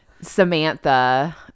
Samantha